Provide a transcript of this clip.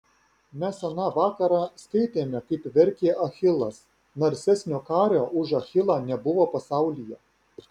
mes aną vakarą skaitėme kaip verkė achilas narsesnio kario už achilą nebuvo pasaulyje